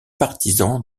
partisan